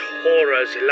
horrors